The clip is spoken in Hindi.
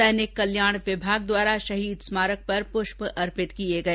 सैनिक कल्याण विभाग द्वारा शहीद स्मारक पर पुष्प अर्पित किए गए